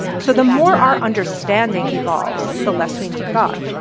so, the more our understanding evolves, the less we need god.